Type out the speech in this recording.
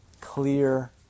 clear